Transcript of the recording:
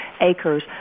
acres